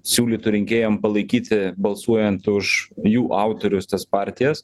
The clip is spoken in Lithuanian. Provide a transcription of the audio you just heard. siūlytų rinkėjam palaikyti balsuojant už jų autorius tas partijas